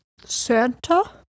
Santa